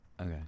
Okay